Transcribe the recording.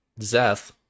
zeth